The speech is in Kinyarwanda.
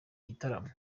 igitaramo